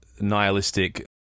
nihilistic